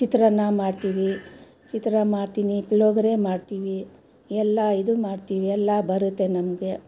ಚಿತ್ರಾನ್ನ ಮಾಡ್ತೀವಿ ಚಿತ್ರಾನ್ನ ಮಾಡ್ತೀನಿ ಪುಳಿಯೋಗರೆ ಮಾಡ್ತೀವಿ ಎಲ್ಲಾ ಇದು ಮಾಡ್ತೀವಿ ಎಲ್ಲ ಬರುತ್ತೆ ನಮಗೆ